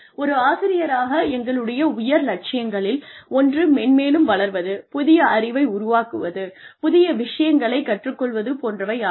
ஒரு ஆசியராக எங்களுடைய உயர் லட்சியங்களில் ஒன்று மென்மேலும் வளர்வது புதிய அறிவை உருவாக்குவது புதிய விஷயங்களைக் கற்றுக்கொள்வது போன்றவை ஆகும்